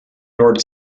lord